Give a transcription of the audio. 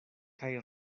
kaj